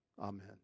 Amen